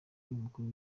y’umukuru